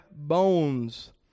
bones